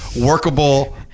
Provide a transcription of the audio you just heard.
workable